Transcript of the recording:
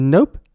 Nope